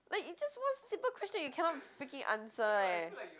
wait it's just one simple question you cannot freaking answer eh